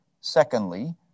Secondly